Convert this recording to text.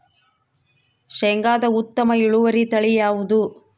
ಶೇಂಗಾದ ಉತ್ತಮ ಇಳುವರಿ ತಳಿ ಯಾವುದು?